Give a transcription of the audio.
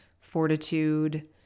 fortitude